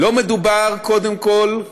קודם כול,